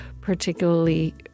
particularly